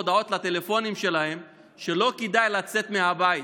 הודעות לטלפונים שלהם שלא כדאי לצאת מהבית,